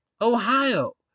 Ohio